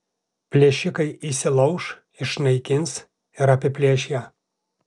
plėšikai įsilauš išnaikins ir apiplėš ją